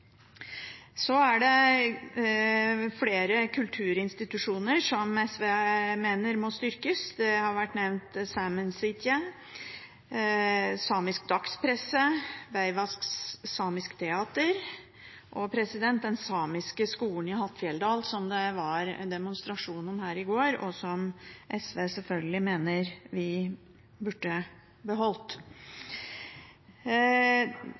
Så er det flere kulturinstitusjoner som SV mener må styrkes. Det har vært nevnt Saemien Sijte, samisk dagspresse, Beaivvás samiske teater og den samiske skolen i Hattfjelldal, som det var en demonstrasjon om utenfor her i går, og som SV selvfølgelig mener vi burde beholdt.